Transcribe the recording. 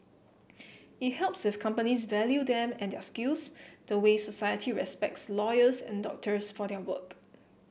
it helps if companies value them and their skills the way society respects lawyers and doctors for their work